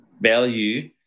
value